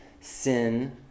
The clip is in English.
sin